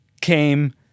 came